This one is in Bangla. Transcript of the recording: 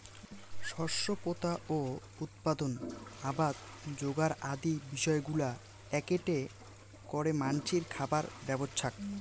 শস্য পোতা ও উৎপাদন, আবাদ যোগার আদি বিষয়গুলা এ্যাকেটে করে মানষির খাবার ব্যবস্থাক